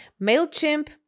MailChimp